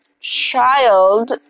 child